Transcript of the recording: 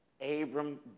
Abram